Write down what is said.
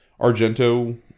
Argento